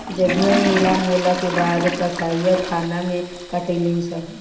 जब भेड़ नीलाम होला के बाद कसाईखाना मे कटाली सन